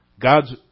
God's